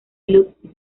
luke